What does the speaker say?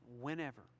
whenever